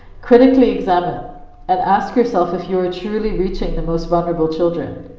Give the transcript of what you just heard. critically examine and ask yourself if you are truly reaching the most vulnerable children.